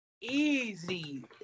easy